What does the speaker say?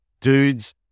dudes